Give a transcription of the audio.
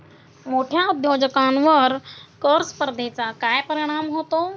मोठ्या उद्योजकांवर कर स्पर्धेचा काय परिणाम होतो?